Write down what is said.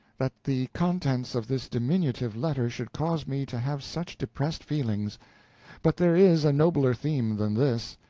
that the contents of this diminutive letter should cause me to have such depressed feelings but there is a nobler theme than this.